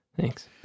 Thanks